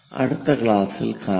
അടുത്ത ക്ലാസ്സിൽ കാണാം